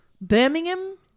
Birmingham